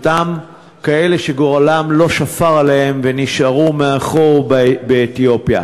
אלה שגורלם לא שפר עליהם ונשארו מאחור באתיופיה.